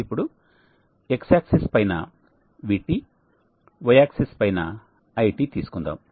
ఇప్పుడు X axis పైన VT Y axis పైన IT తీసుకుందాం